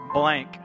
blank